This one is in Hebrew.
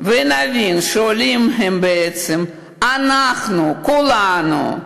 ונבין שהעולים הם בעצם אנחנו כולנו,